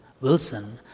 Wilson